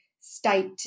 state